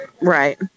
Right